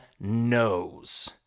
knows